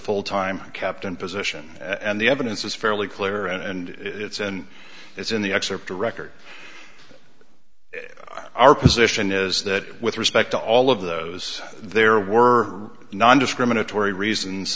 full time captain position and the evidence was fairly clear and it's and it's in the excerpt record our position is that with respect to all of those there were nondiscriminatory reasons